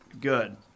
Good